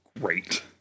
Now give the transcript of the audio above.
great